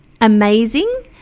amazing